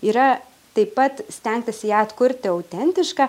yra taip pat stengtasi atkurti autentišką